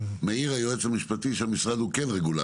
--- היועץ המשפטי מעיר שהמשרד הוא כן רגולטור.